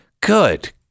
Good